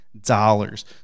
dollars